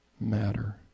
matter